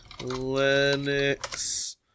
Lennox